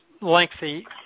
lengthy